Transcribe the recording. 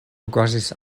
okazis